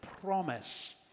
promise